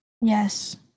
Yes